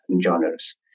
genres